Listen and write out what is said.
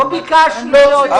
הם לא